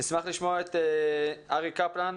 נשמח לשמוע את אריק קפלן,